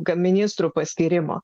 ministrų paskyrimo